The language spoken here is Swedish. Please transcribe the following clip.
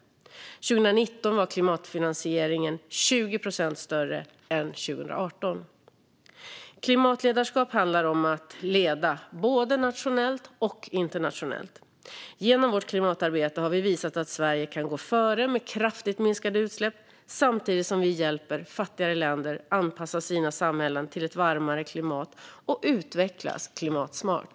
År 2019 var klimatfinansieringen 20 procent större än 2018. Klimatledarskap handlar om att leda både nationellt och internationellt. Genom vårt klimatarbete har vi visat att Sverige kan gå före med kraftigt minskade utsläpp samtidigt som vi hjälper fattigare länder att anpassa sina samhällen till ett varmare klimat och utvecklas klimatsmart.